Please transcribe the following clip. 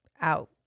out